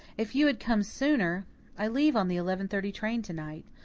if you had come sooner i leave on the eleven thirty train tonight.